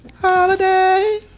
Holiday